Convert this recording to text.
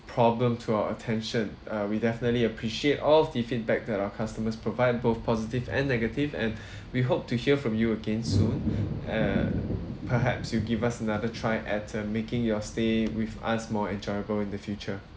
problem to our attention uh we definitely appreciate all the feedback that our customers provide both positive and negative and we hope to hear from you again soon err perhaps you'll give us another try at uh making your stay with us more enjoyable in the future